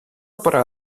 пора